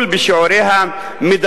למשל, בשנת 1994 חלקה של הממשלה עמד